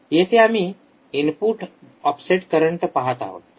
येथे आम्ही input offset current पाहत आहोत